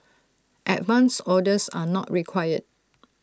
advance orders are not required